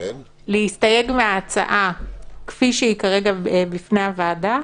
להסתייג מההצעה כפי שהיא כרגע בפני הוועדה,